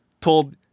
told